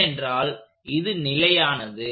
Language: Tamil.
ஏனென்றால் இது நிலையானது